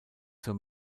zur